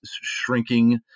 shrinking